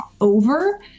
over